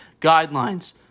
guidelines